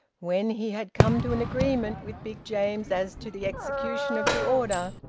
when he had come to an agreement with big james as to the execution of the order,